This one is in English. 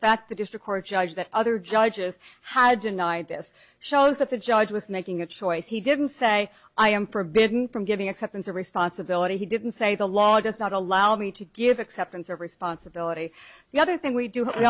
fact the district court judge that other judges had denied this shows that the judge was making a choice he didn't say i am forbidden from giving acceptance of responsibility he didn't say the law does not allow me to give acceptance of responsibility the other thing we do